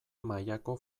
mailako